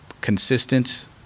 consistent